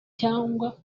cyangwa